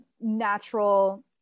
natural